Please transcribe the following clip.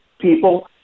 people